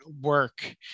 work